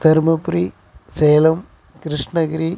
Dharmapuri Salem Krishnagiri